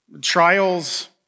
Trials